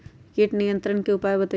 किट नियंत्रण के उपाय बतइयो?